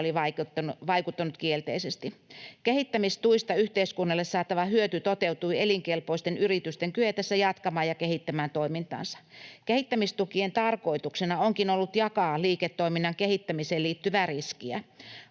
oli vaikuttanut kielteisesti. Kehittämistuista yhteiskunnalle saatava hyöty toteutui elinkelpoisten yritysten kyetessä jatkamaan ja kehittämään toimintaansa. Kehittämistukien tarkoituksena onkin ollut jakaa liiketoiminnan kehittämiseen liittyvää riskiä.